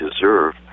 deserve